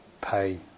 pay